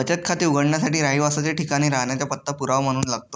बचत खाते उघडण्यासाठी रहिवासाच ठिकाण हे राहण्याचा पत्ता पुरावा म्हणून लागतो